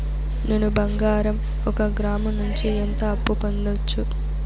నేను బంగారం ఒక గ్రాము నుంచి ఎంత అప్పు పొందొచ్చు